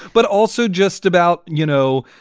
but also just about, you know,